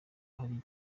hari